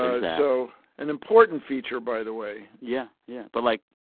ah so an important feature, by the way yeah, yeah. but, like,